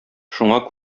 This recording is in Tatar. шуңа